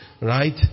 right